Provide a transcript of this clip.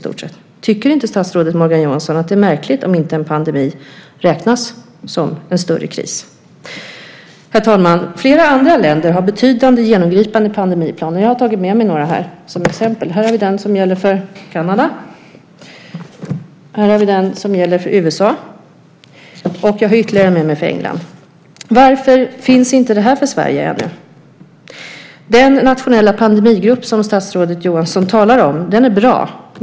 Tycker inte statsrådet Morgan Johansson att det är märkligt att inte en pandemi räknas som en större kris? Herr talman! Flera andra länder har betydande genomgripande pandemiplaner. Jag har tagit med mig några här som exempel. Här har vi den som gäller för Kanada. Här har vi den som gäller för USA. Jag har dessutom med mig den som gäller för England. Varför finns inte detta i Sverige ännu? Den nationella pandemigrupp som statsrådet Johansson talar om är bra.